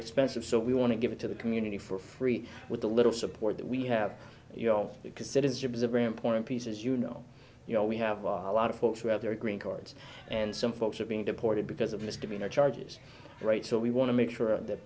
expensive so we want to give it to the community for free with the little support that we have you know because it is it was a brand point pieces you know you know we have a lot of folks who have their green cards and some folks are being deported because of misdemeanor charges right so we want to make sure that